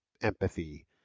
empathy